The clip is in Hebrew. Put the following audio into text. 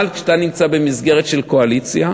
אבל כשאתה נמצא במסגרת של קואליציה,